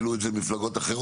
העלו את זה מפלגות אחרות,